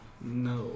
No